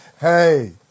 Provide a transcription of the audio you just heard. Hey